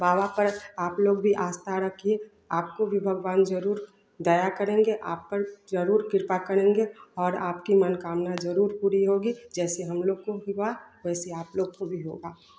बाबा पर आप लोग भी आस्था रखिए आपको भी भगवान ज़रूर दया करेंगे आप पर ज़रूर कृपा करेंगे और आपकी मनोकामना ज़रूर पूरी होगी जैसे हम लोग का हुआ वैसे आपकी भी होगी